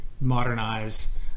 modernize